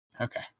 Okay